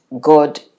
God